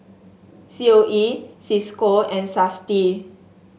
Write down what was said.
C O E Cisco and Safti